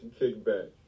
kickback